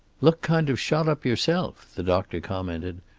look kind of shot up yourself, the doctor commented.